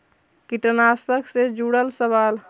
कीटनाशक से जुड़ल सवाल?